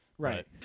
Right